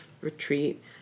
retreat